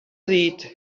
dit